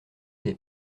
des